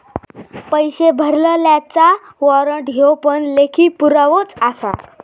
पैशे भरलल्याचा वाॅरंट ह्यो पण लेखी पुरावोच आसा